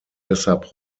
deshalb